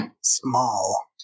Small